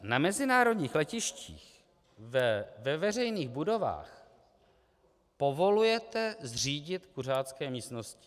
Na mezinárodních letištích, ve veřejných budovách povolujete zřídit kuřácké místnosti.